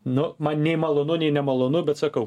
nu man nei malonu nei nemalonu bet sakau